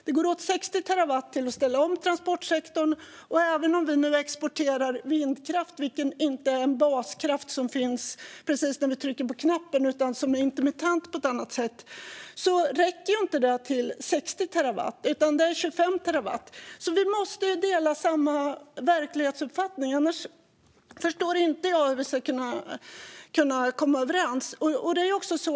Det går åt 60 terawattimmar för att ställa om transportsektorn, och även om vi nu exporterar vindkraft - som inte är en baskraft som finns precis när vi trycker på knappen, utan den är intermittent på ett annat sätt - räcker den ju inte till 60 terawattimmar, utan det handlar om 25 terawattimmar. Vi måste alltså dela verklighetsuppfattning, annars förstår jag inte hur vi ska kunna komma överens.